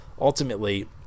ultimately